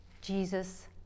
jesus